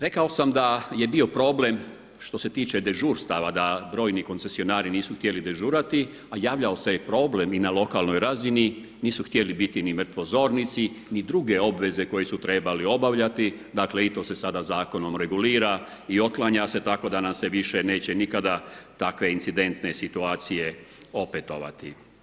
Rekao sam da je bio problem što se tiče dežurstava da brojni koncesionari nisu htjeli dežurati, a javljao se je i problem na lokalnoj razini, nisu htjeli biti ni mrtvozornici, ni druge obveze koje su trebaju obavljati, dakle, i to se sada zakonom regulira i otklanja se tako da nam se više neće nikada takve incidentne situacije opetovati.